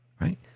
right